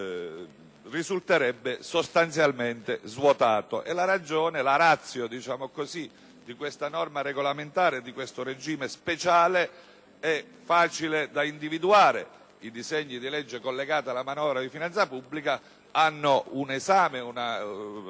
risulterebbe sostanzialmente svuotata. La *ratio* di questa norma regolamentare, di questo regime speciale è facile da individuare: i disegni di legge collegati alla manovra di finanza pubblica beneficiano di una